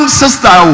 sister